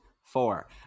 Four